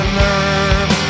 nerve